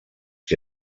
que